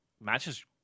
matches